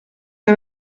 que